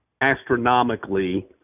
astronomically